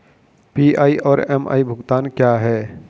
PI और MI भुगतान क्या हैं?